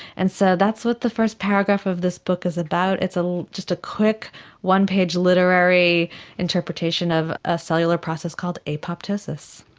and so that's what the first paragraph of this book is about, it's ah just a quick one-page literary interpretation of a cellular process called apoptosis.